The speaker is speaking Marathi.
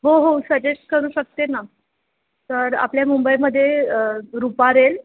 हो हो सजेस्ट करू शकते ना तर आपल्या मुंबईमध्ये रुपारेल